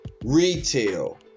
Retail